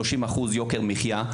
30% יוקר מחיה.